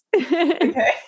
Okay